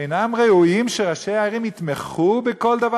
אינם ראויים שראשי הערים יתמכו בכל דבר